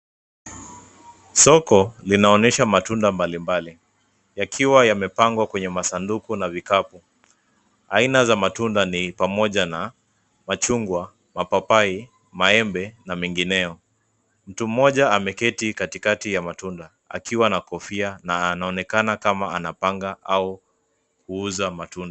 Soko linaonyesha matunda mbali mbali yakiwa yamepangwa kwenye masanduku na vikapu. Aina za matunda ni pamoja na machungwa mapapai, maembe na mengineyo. Mtu mmoja ameketi katikati ya matunda akiwa na kofia na anaonekana kama anapanga au kuuza matunda.